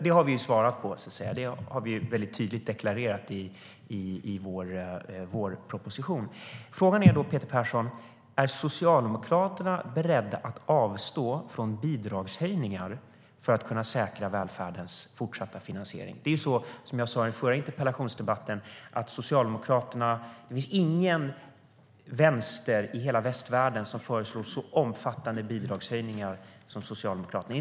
Den frågan har vi svarat på och tydligt deklarerat i vår vårproposition. Frågan är, Peter Persson: Är Socialdemokraterna beredda att avstå från bidragshöjningar för att kunna säkra välfärdens fortsatta finansiering? Som jag sade i den förra interpellationsdebatten finns det ingen vänster i hela västvärlden som föreslår så omfattande bidragshöjningar som Socialdemokraterna.